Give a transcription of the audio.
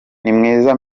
nimwiza